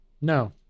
No